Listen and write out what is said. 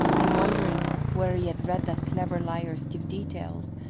and wondering where he had read that clever liars give details,